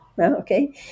Okay